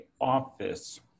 office